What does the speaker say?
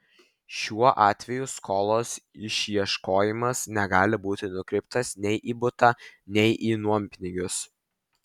šiuo atveju skolos išieškojimas negali būti nukreiptas nei į butą nei į nuompinigius